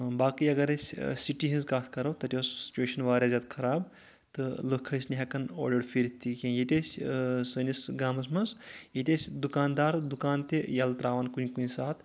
باقٕے اگر أسۍ سِٹی ہٕنٛز کتھ کرو تَتہِ اوس سُچوَیشَن واریاہ زیادٕ خراب تہٕ لُکھ ٲسۍ نہٕ ہؠکان اورٕ اور پھِرِتھ تہِ کینٛہہ ییٚتہِ ٲسۍ سٲنِس گامَس منٛز ییٚتہِ ٲسۍ دُکانٛدَار دُکان تہِ یَلہٕ ترٛاوَان کُنہِ کُنہِ ساتہٕ